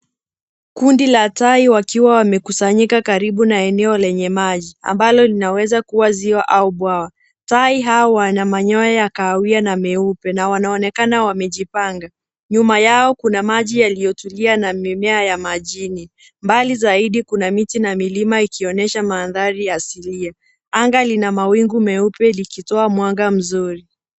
Kundi la tai wakiwa wamekusanyika karibu na eneo lenye maji, ambalo linaweza kuwa ziwa au bwawa. Tai hao wana manyoya ya kahawia na meupe, na wanaonekana wamejipanga. Nyuma yao kuna maji yaliyotulia na mimea ya majini. Mbali zaidi kuna miti na milima ikionyesha mandhari asilia. Anga lina mawingu meupe likitoa mwanga mzuri.